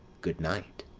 good night.